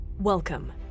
Welcome